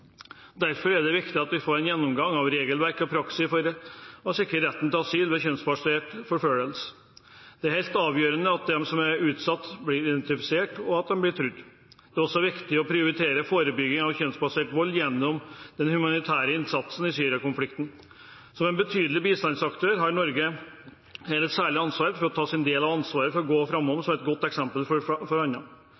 Derfor er det viktig at vi får en gjennomgang av regelverk og praksis for å sikre retten til asyl ved kjønnsbasert forfølgelse. Det er helt avgjørende at de som er utsatt, blir identifisert, og at de blir trodd. Det er også viktig å prioritere forebygging av kjønnsbasert vold gjennom den humanitære innsatsen i Syria-konflikten. Som en betydelig bistandsaktør har Norge her et særlig ansvar for å ta sin del av ansvaret og gå foran som et godt eksempel for